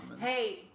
Hey